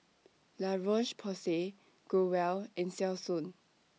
La Roche Porsay Growell and Selsun